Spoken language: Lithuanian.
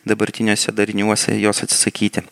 dabartiniuose dariniuose jos atsisakyti